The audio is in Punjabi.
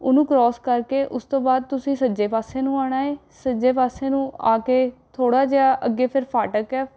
ਉਹਨੂੰ ਕ੍ਰੌਸ ਕਰਕੇ ਉਸ ਤੋਂ ਬਾਅਦ ਤੁਸੀਂ ਸੱਜੇ ਪਾਸੇ ਨੂੰ ਆਉਣਾ ਹੈ ਸੱਜੇ ਪਾਸੇ ਨੂੰ ਆ ਕੇ ਥੋੜ੍ਹਾ ਜਿਹਾ ਅੱਗੇ ਫੇਰ ਫਾਟਕ ਹੈ